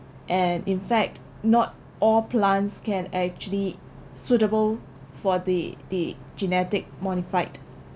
and in fact not all plants can actually suitable for the the genetic modified